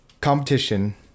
competition